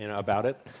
and about it.